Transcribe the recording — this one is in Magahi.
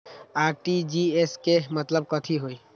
आर.टी.जी.एस के मतलब कथी होइ?